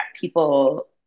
people